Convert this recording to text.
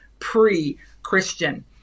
pre-christian